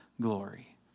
glory